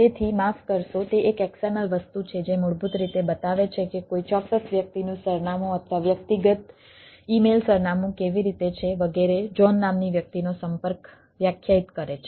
તેથી માફ કરશો તે એક html વસ્તુ છે જે મૂળભૂત રીતે બતાવે છે કે કોઈ ચોક્કસ વ્યક્તિનું સરનામું અથવા વ્યક્તિગત ઇમેઇલ સરનામું કેવી રીતે છે વગેરે જ્હોન નામની વ્યક્તિનો સંપર્ક વ્યાખ્યાયિત કરે છે